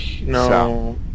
No